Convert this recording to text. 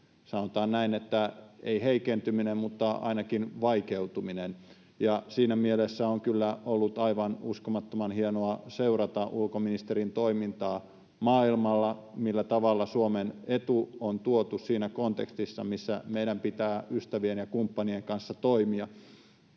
sanotaan näin, ei heikentyminen mutta ainakin vaikeutuminen. Ja siinä mielessä on kyllä ollut aivan uskomattoman hienoa seurata ulkoministerin toimintaa maailmalla, sitä, millä tavalla Suomen etu on tuotu esiin siinä kontekstissa, missä meidän pitää ystävien ja kumppanien kanssa toimia.